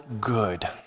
good